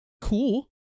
Cool